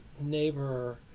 neighbor